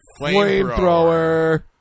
Flamethrower